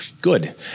Good